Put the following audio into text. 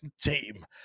team